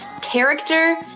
character